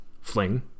Fling